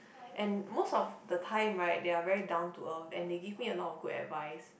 and most of the time right they are very down to earth and they give me a lot of good advice